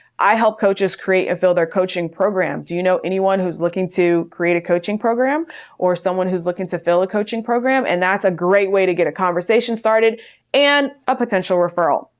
i help coaches create a fill their coaching program. do you know anyone who's looking to create a coaching program or someone who's looking to fill a coaching program? and that's a great way to get a conversation started and a potential referral.